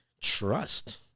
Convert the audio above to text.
trust